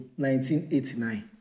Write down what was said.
1989